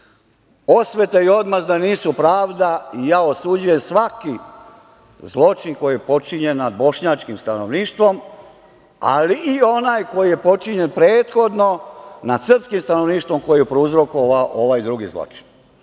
i odmazda nisu pravda i ja osuđujem svaki zločin koji je počinjen nad bošnjačkim stanovništvom, ali i onaj koji je počinjen prethodno nad srpskim stanovništvom, koji je prouzrokovao ovaj drugi zločin.